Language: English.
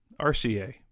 RCA